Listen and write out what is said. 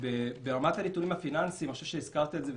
ברמת הנתונים הפיננסיים אני חושב שהזכרת את זה,